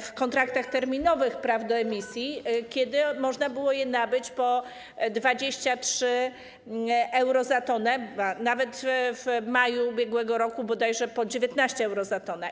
w kontraktach terminowych praw do emisji, kiedy można było je nabyć po 23 euro za tonę, ba, nawet w maju ub.r. bodajże po 19 euro za tonę.